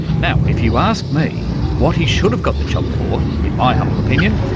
now, if you ask me, what he should have got the chop for, in my humble opinion,